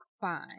fine